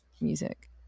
music